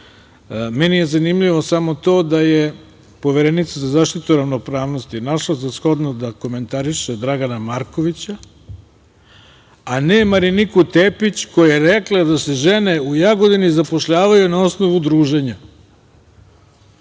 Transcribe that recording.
meni je zanimljivo samo to da je Poverenica za zaštitu ravnopravnosti našla za shodno da komentariše Dragana Markovića, a ne Mariniku Tepić, koja je rekla da se žene u Jagodini zapošljavaju na osnovu druženja.